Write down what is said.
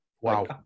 Wow